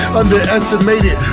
underestimated